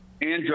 Andrew